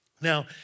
Now